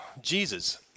Jesus